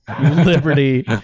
Liberty